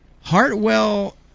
Hartwell